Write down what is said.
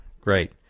Great